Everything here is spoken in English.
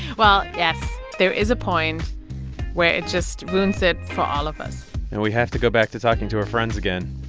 well, yes. there is a point where it just ruins it for all of us and we have to go back to talking to our friends again.